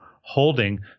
holding